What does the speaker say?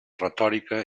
retòrica